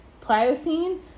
Pliocene